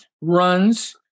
runs